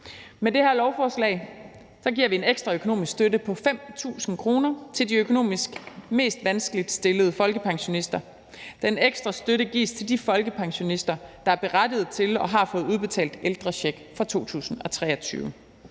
Med det her lovforslag giver vi en ekstra økonomisk støtte på 5.000 kr. til de økonomisk mest vanskeligt stillede folkepensionister. Den ekstra støtte gives til de folkepensionister, der er berettiget til og har fået udbetalt ældrecheck for 2023.